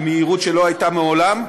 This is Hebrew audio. במהירות שלא הייתה מעולם,